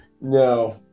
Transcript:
No